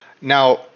Now